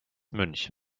münch